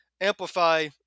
amplify